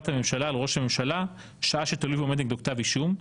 הממשלה על ראש הממשלה שעה שתלוי ועומד נגדו כתב אישום.